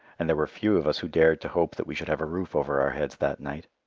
and there were few of us who dared to hope that we should have a roof over our heads that night.